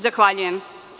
Zahvaljujem.